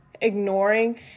ignoring